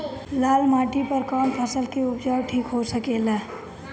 लाल माटी पर कौन फसल के उपजाव ठीक हो सकेला?